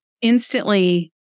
instantly